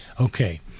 okay